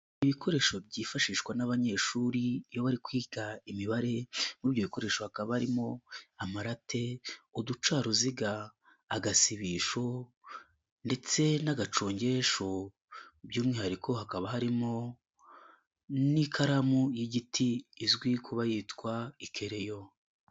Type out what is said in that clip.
Ibikoresho byifashishwa n'abanyeshuri iyo bari kwiga imibare muri ibyo bikoresho hakaba harimo amarate, uducaruziga, agasibisho ndetse n'agacongesho by'umwihariko hakaba harimo n'ikaramu y'igiti izwi kuba yitwa ikereyo.